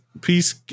Peace